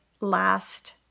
last